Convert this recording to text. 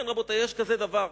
כן, רבותי, יש כזה דבר.